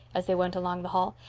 as they went along the hall.